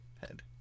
Head